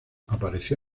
apareció